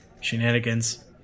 shenanigans